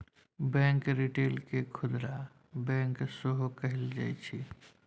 bank retail केँ खुदरा bank सेहो कहल जाइ छै